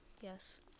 Yes